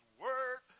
word